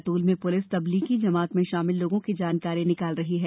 बैतूल में पुलिस तब्लीगी जमात में शामिल लोगों की जानकारी निकाल रही है